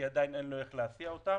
עדיין אין לו איך להסיע אותם,